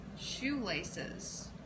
Shoelaces